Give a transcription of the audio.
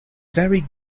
very